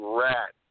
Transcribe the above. rat